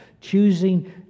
Choosing